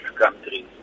countries